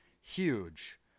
huge